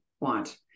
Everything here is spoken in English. want